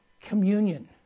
Communion